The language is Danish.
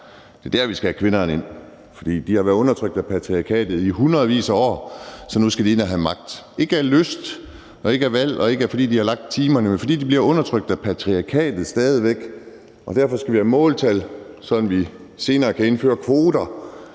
det er dér, vi skal have kvinderne ind. For de har været undertrykt af patriarkatet i hundredvis af år, så nu skal de ind og have magt – ikke af lyst, og det er ikke noget, de har valgt, og det er ikke, fordi de har lagt timerne, men fordi de bliver undertrykt af patriarkatet stadig væk. Derfor skal vi have måltal, sådan at vi senere kan indføre kvoter,